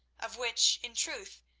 of which, in truth,